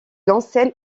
enseigne